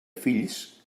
fills